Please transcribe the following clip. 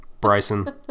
Bryson